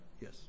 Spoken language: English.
Yes